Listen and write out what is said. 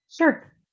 Sure